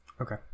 Okay